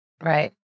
Right